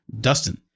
Dustin